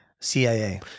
CIA